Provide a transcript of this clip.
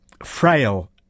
Frail